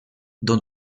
dans